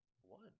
one